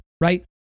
right